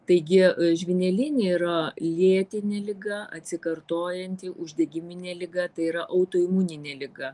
taigi žvynelinė yra lėtinė liga atsikartojanti uždegiminė liga tai yra autoimuninė liga